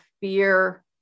fear